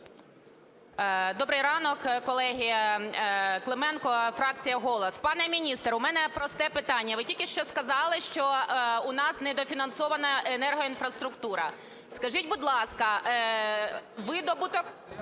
Добрий ранок, колеги. Клименко, фракція "Голос". Пане міністре, у мене просте питання. Ви тільки що сказали, що в нас недофінансована енергоінфраструктура. Скажіть, будь ласка, видобуток